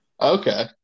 Okay